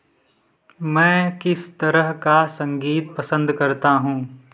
मैं किस तरह का संगीत पसंद करता हूँ